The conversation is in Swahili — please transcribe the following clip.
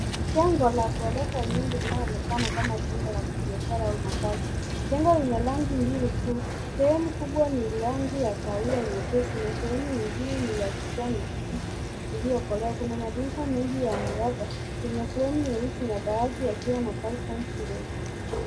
Jengo za gorofa nyingi linayoonekana kama jengo la biashara au makazi, jengo lenye rangi mbili kuu, sehemu kubwa ni rangi ya kahawia nyepesi na sehemu nyingine ni ya kijani kibichi iliokolea. Kuna madirisha mengi ya mwangaza yenye fremu nyeusi na baadhi yakiwa na balcons ndogo.